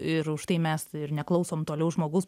ir užtai mes ir neklausom toliau žmogaus